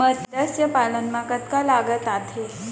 मतस्य पालन मा कतका लागत आथे?